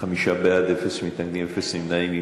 חמישה בעד, אין מתנגדים, אין נמנעים.